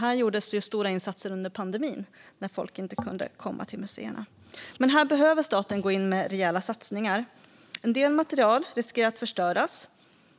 Här gjordes ju stora insatser under pandemin, när folk inte kunde komma till museerna, men staten behöver gå in med rejäla satsningar. En del material riskerar att förstöras,